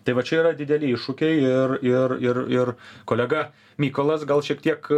tai va čia yra dideli iššūkiai ir ir ir ir kolega mykolas gal šiek tiek